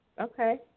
Okay